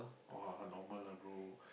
!wah! normal lah bro